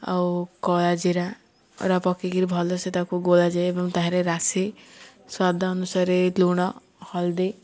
ଆଉ କଳା ଜୀରା ସେଗୁଡ଼ା ପକାଇ କରି ଭଲ ସେ ତାକୁ ଗୋଳାାଯାଏ ଏବଂ ତାହିଁରେ ରାଶି ସ୍ୱାଦ ଅନୁସାରେ ଲୁଣ ହଳଦୀ